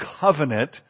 covenant